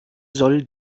soll